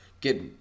get